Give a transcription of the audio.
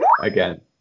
again